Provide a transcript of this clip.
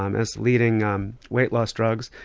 um as leading um weight loss drugs.